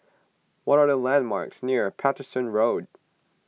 what are the landmarks near Paterson Road